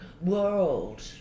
world